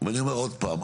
ואני אומר עוד פעם,